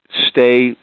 stay